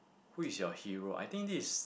who is your hero I think this is